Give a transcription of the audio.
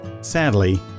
Sadly